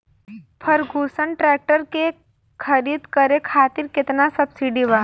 Ferguson tractor के खरीद करे खातिर केतना सब्सिडी बा?